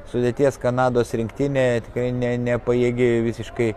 sudėties kanados rinktinė tikrai ne nepajėgi visiškai